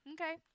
Okay